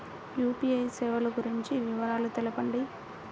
UPI సేవలు గురించి వివరాలు తెలుపండి?